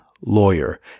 lawyer